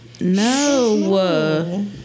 No